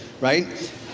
right